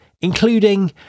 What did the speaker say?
including